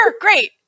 great